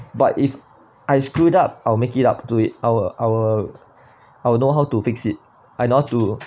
but if I screwed up I'll make it up to it I will I will know how to fix it I know how to